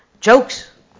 jokes